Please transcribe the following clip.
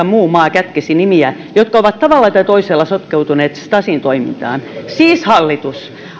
muu maa kätkisi nimiä jotka ovat tavalla tai toisella sotkeutuneet stasin toimintaan siis